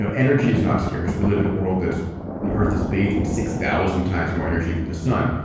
ah energy is not scarce. we live in a world that the earth is bathed in six thousand times more energy from the sun.